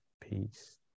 peace